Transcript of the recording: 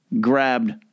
grabbed